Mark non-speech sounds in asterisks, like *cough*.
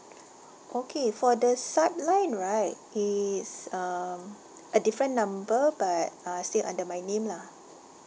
*noise* okay for the sub line right it's um a different number but uh still under my name lah